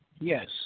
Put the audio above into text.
Yes